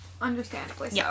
understandably